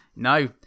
No